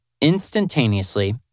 instantaneously